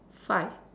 five